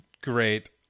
great